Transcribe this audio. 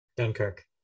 Dunkirk